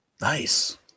Nice